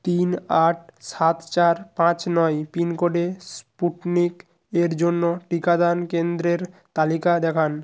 তিন আট সাত চার পাঁচ নয় পিনকোডে স্পুটনিক এর জন্য টিকাদান কেন্দ্রের তালিকা দেখান